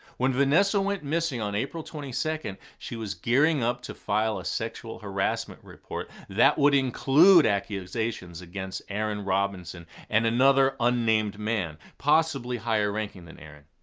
when vanessa went missing on april twenty second, she was gearing up to file a sexual harassment report that would include accusations against aaron robinson and another unnamed man, possibly higher ranking than aaron.